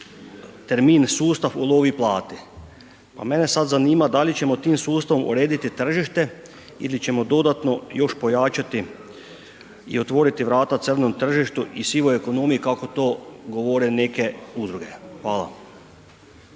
termin sustav ulovi i plati. A mene sad zanima da li ćemo tim sustavom urediti tržište ili ćemo dodatno još pojačati i otvoriti vrata crnom tržištu i sivoj ekonomiji kako to govore neke udruge. Hvala.